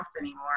anymore